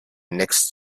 next